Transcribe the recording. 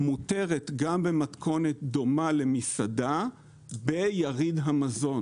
מותרת גם במתכונת דומה למסעדה ביריד המזון.